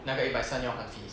那个一百三要还 fees